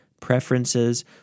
preferences